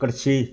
ਕੜਛੀ